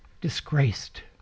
disgraced